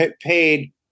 paid